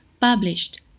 Published